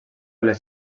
les